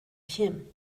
him